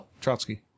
Trotsky